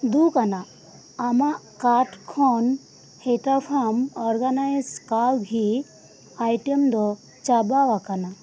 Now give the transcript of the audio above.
ᱫᱩᱠᱷ ᱟᱱᱟᱜ ᱟᱢᱟᱜ ᱠᱟᱴ ᱦᱤᱴᱟ farms organic cow ghee item ᱫᱚ ᱪᱟᱵᱟ ᱟᱠᱟᱱᱟ